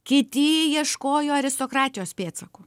kiti ieškojo aristokratijos pėdsakų